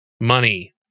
money